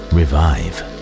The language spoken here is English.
Revive